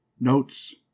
Notes